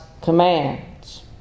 commands